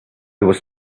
was